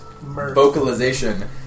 vocalization